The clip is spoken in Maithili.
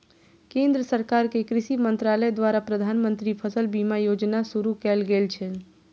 केंद्र सरकार के कृषि मंत्रालय द्वारा प्रधानमंत्री फसल बीमा योजना शुरू कैल गेल छै